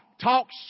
Talk's